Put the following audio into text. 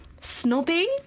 snobby